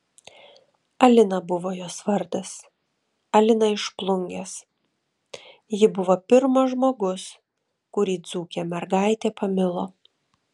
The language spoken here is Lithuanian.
alina buvo jos vardas alina iš plungės ji buvo pirmas žmogus kurį dzūkė mergaitė pamilo